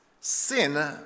Sin